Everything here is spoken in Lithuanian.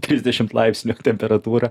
trisdešimt laipsnių temperatūra